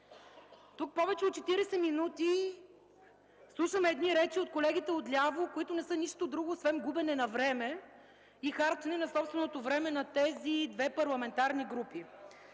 Тук повече от четиридесет минути слушаме едни речи от колегите отляво, които не са нищо друго освен губене на време и харчене на собственото време на тези две парламентарни групи.